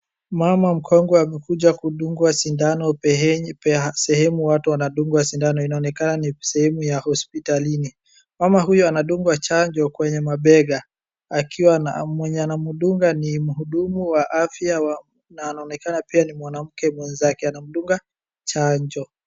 Mama mkongwe amekuja kundugwa sindano sehemu penye sehemu ya hospitalini. Mama huyu anadungwa chajo kwenye mabega akiwa na mwenye anamdunga ni mhudumu wa afya na anaonekana pia ni mwanamke mwenza ke ana mdunga chajo.